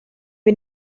wir